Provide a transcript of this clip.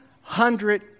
hundred